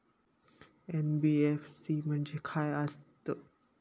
NBFC म्हणजे खाय आसत?